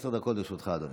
עשר דקות לרשותך, אדוני.